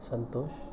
Santosh